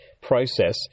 process